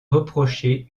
reprocher